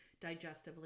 digestively